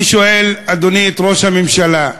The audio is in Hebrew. אני שואל, אדוני, את ראש הממשלה: